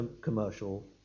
commercial